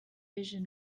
vision